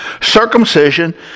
circumcision